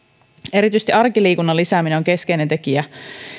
erityisesti arkiliikunnan lisääminen on keskeinen tekijä